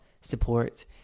support